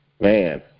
Man